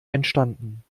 entstanden